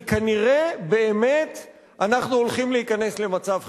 כי כנראה באמת אנחנו הולכים להיכנס למצב חירום.